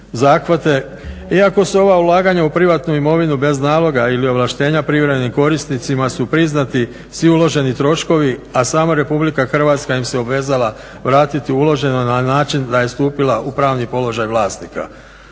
zahvate. Iako su ova ulaganja u privatnu imovinu bez naloga ili ovlaštenja, privremenim korisnicima su priznati svi uloženi troškovi, a sama RH im se obvezala vratiti uloženo na način da je … u pravni položaj vlasnika.